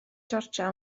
georgia